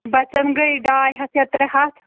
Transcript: بَچن گٔیٚے ڈاے ہتھ یا ترٛےٚ ہتھ